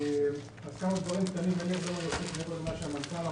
אין לי הרבה להוסיף מעבר למה שאמר המנכ"ל.